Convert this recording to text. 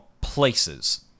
places